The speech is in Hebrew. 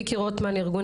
מיקי רוטמן מארגון